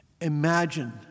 imagine